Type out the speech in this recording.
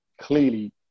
clearly